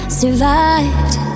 survived